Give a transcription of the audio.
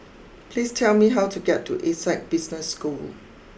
please tell me how to get to Essec Business School